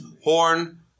horn